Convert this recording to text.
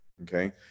Okay